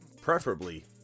Preferably